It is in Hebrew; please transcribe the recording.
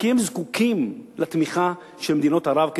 כי הם זקוקים לתמיכה של מדינות ערב,